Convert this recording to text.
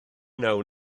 wnawn